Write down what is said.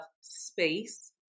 space